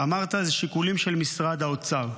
אתה אמרת: אלה שיקולים של משרד האוצר.